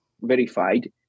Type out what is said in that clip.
verified